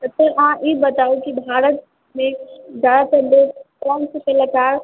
तऽ फेर अहाँ ई बताउ की भारतमे जादातर लोग कोनसा कलाकार